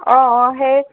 অঁ অঁ সেই